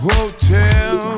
Hotel